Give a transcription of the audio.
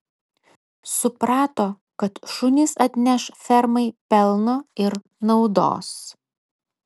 suprato kad šunys atneš fermai pelno ir naudos